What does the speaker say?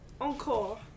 Encore